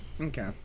Okay